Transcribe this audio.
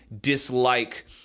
dislike